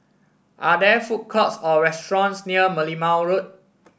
are there food courts or restaurants near Merlimau Road